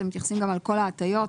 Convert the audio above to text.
אתם מתייחסים גם לכל ההטיות.